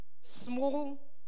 Small